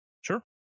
Sure